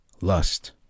lust